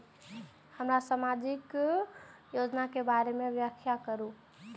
हमरा सामाजिक योजना के बारे में व्याख्या करु?